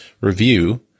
review